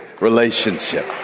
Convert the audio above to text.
relationship